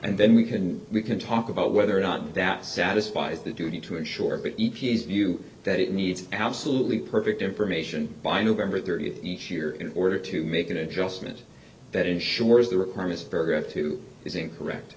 and then we can we can talk about whether or not that satisfies the duty to ensure but e p a s view that it needs absolutely perfect information by november thirtieth each year in order to make an adjustment that ensures the requirements of paragraph two is incorrect